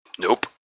Nope